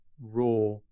raw